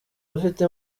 ufite